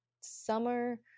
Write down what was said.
summer